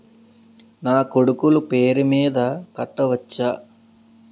నా కొడుకులు నా పేరి మీద కట్ట వచ్చా?